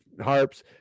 harps